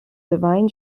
divine